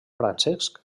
francesc